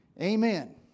Amen